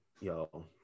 yo